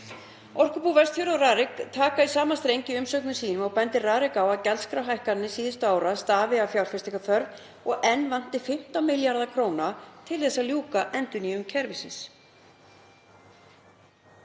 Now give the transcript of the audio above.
Orkubú Vestfjarða og Rarik taka í sama streng í umsögnum sínum og bendir Rarik á að gjaldskrárhækkanir síðustu ár stafi af fjárfestingarþörf en enn vanti 15 milljarða kr. til að ljúka endurnýjun kerfisins.